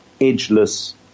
edgeless